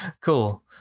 Cool